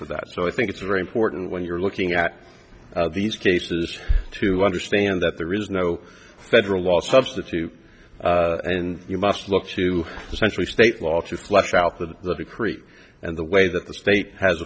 for that so i think it's very important when you're looking at these cases to understand that there is no federal law substitute and you must look to essentially state law to flesh out the the decree and the way that the state has